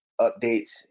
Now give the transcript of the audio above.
updates